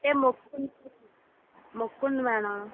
అదే మొక్కుంది మొక్కుంది మ్యాడం